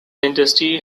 industry